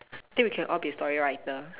think we can all be story writer